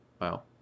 wow